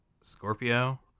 Scorpio